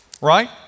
Right